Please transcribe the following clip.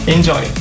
Enjoy